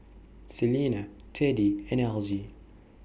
Selena Teddie and Algie